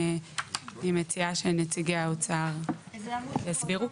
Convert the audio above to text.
ואני מציעה שנציגי האוצר יסבירו.